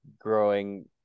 growing